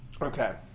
Okay